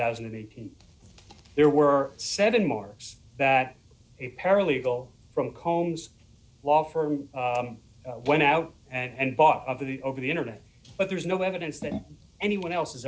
thousand and eighteen there were seven more that a paralegal from combs law firm went out and bought of the over the internet but there's no evidence that anyone else